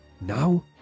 Now